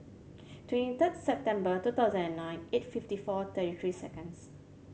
twenty third September two thousand and nine eight fifty four thirty three seconds